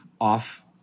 off